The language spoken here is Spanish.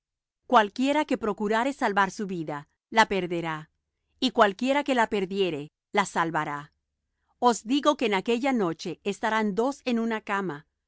cualquiera que procurare salvar su vida la perderá y cualquiera que la perdiere la salvará os digo que en aquella noche estarán dos en una cama